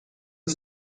are